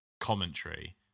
commentary